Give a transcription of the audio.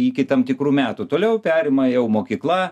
iki tam tikrų metų toliau perima jau mokykla